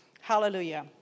Hallelujah